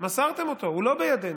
מסרתם אותו, הוא לא בידינו.